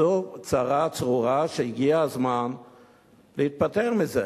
זו צרה צרורה, והגיע הזמן להיפטר מזה.